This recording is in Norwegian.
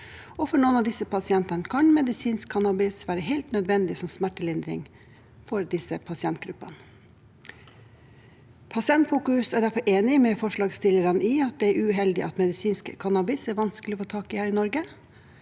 For noen av disse pasientgruppene kan medisinsk cannabis være helt nødvendig som smertelindring. Pasientfokus er derfor enig med forslagsstillerne i at det er uheldig at medisinsk cannabis er vanskelig å få tak i her i Norge,